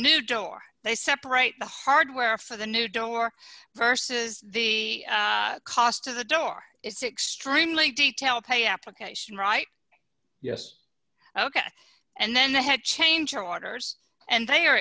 new door they separate the hardware for the new door versus the cost of the door it's extremely detailed pay application right yes ok and then they had change your orders and they